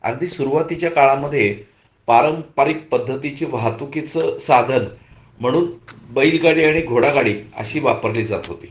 अगदी सुरुवातीच्या काळामध्ये पारंपरिक पद्धतीचे वाहतुकीचं साधन म्हणून बैलगाडी आणि घोडागाडी अशी वापरली जात होती